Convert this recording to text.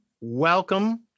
Welcome